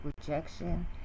rejection